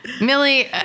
Millie